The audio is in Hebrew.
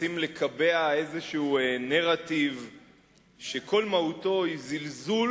מנסים לקבע איזה נרטיב שכל מהותו היא זלזול